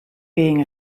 being